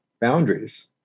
boundaries